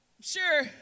sure